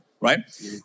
right